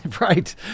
Right